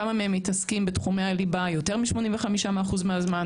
כמה מהם מתעסקים בתחומי הליבה יותר מ-85% מהזמן,